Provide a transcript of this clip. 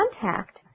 contact